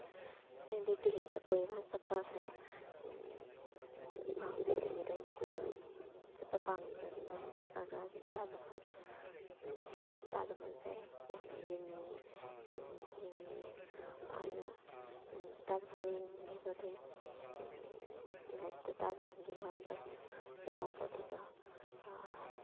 ꯑꯩꯗꯤ ꯗꯤꯜꯂꯤꯗ ꯀꯣꯏꯕ ꯆꯠꯄꯁꯦ ꯄꯥꯝꯃꯦ ꯗꯤꯜꯂꯤꯗ ꯑꯩꯅ ꯀꯣꯏꯕ ꯆꯠꯄ ꯄꯥꯝꯃꯤꯕꯒꯤ ꯃꯔꯝꯗꯤ ꯑꯒ꯭ꯔꯥꯒꯤ ꯇꯥꯖ ꯃꯍꯜ ꯇꯥꯖꯃꯍꯜꯁꯦ ꯌꯥꯝꯅ ꯌꯦꯡꯅꯤꯡꯉꯤ ꯌꯦꯡꯅꯤꯡꯉꯦ ꯍꯥꯏꯅ ꯇꯥꯖꯃꯍꯜ ꯌꯦꯡꯅꯤꯡꯉꯤꯕꯗꯤ ꯂꯥꯏꯔꯤꯛꯇ ꯇꯥꯖꯃꯍꯜꯒꯤ ꯃꯔꯝꯗ ꯁꯨꯃꯥꯏꯅ ꯌꯥꯎꯕꯗꯨꯗ